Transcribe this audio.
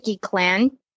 Clan